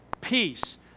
peace